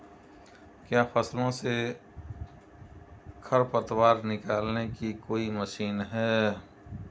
क्या फसलों से खरपतवार निकालने की कोई मशीन है?